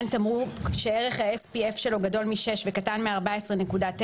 תמרוק שערך ה-SPF שלו גדול מ-6 וקטן מ-14.9: